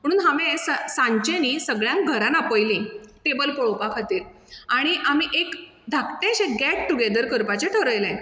म्हणून हांवें स सांचें न्ही सगळ्यांक घरांत आपयलीं टेबल पळोवपा खातीर आनी आमी एक धाकटेंशें गॅट टुगॅदर करपाचें ठरयलें